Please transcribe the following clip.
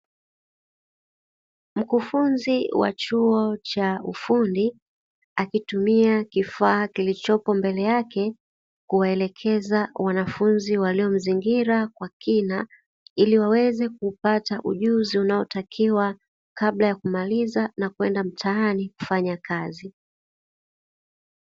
Mkufunzi wa chuo cha ufundi akitumia kifaa kilichopo mbele yake kuwaelekeza wanafunzi waliomzingira kwa kina, ili waweze kupata ujuzi unaotakiwa kabla ya kumaliza na kwenda mtaani kufanya kazi.